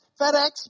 FedEx